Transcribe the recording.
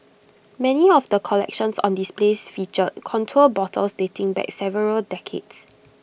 many of the collections on displays featured contour bottles dating back several decades